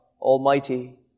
Almighty